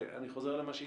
ואני חוזר למה שהתחלתי,